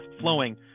flowing